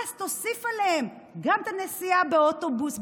אז תוסיף עליהם גם את הנסיעה באוטובוס,